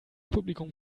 publikum